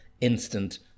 instant